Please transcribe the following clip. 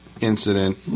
incident